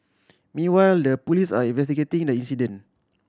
meanwhile the police are investigating the accident